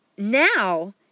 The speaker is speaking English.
Now